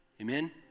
Amen